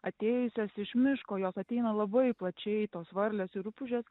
atėjusios iš miško jos ateina labai plačiai tos varlės ir rupūžės